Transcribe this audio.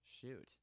shoot